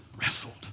wrestled